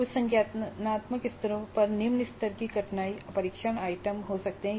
उच्च संज्ञानात्मक स्तरों पर निम्न स्तर की कठिनाई परीक्षण आइटम हो सकते हैं